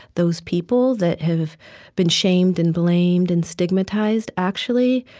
those people that have been shamed and blamed and stigmatized, actually,